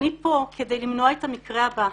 אני פה כדי למנוע את המקרה הבא.